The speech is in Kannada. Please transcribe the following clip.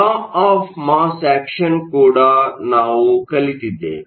ಲಾ ಆಫ್ ಮಾಸ್ ಆಕ್ಷನ್ ಕೂಡ ನಾವು ಕಲಿತಿದ್ದೇವೆ